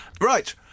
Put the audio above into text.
right